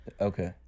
Okay